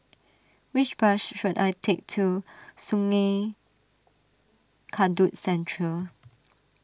which bus should I take to Sungei Kadut Central